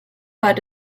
part